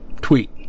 tweet